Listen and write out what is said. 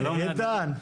כל המערכת הזאת,